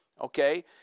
okay